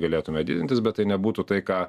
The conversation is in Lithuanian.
galėtume gilintis bet tai nebūtų tai ką